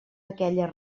aquelles